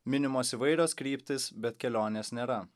minimos įvairios kryptys bet kelionės nėra